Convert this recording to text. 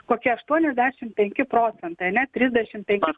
kokie aštuoniasdešimt penki procentai ane trisdešimt penki